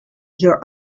your